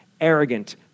arrogant